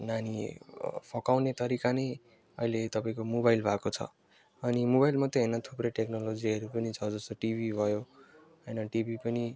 नानी फकाउने तरिका नै अहिले तपाईँको मोबाइल भएको छ अनि मोबाइल मात्रै होइन थुप्रै टेक्नोलोजीहरू पनि छ जस्तै टिभी भयो होइन टिभी पनि